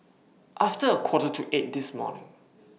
after A Quarter to eight This morning